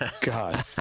God